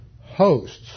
hosts